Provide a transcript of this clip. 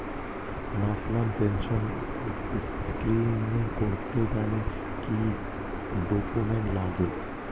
National pension scheme করতে গেলে কি কি ডকুমেন্ট লাগে?